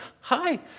hi